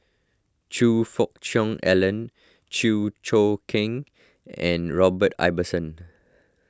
Choe Fook Cheong Alan Chew Choo Keng and Robert Ibbetson